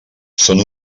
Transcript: són